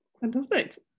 fantastic